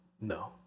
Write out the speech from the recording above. No